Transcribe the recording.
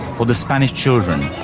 for the spanish children,